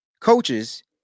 coaches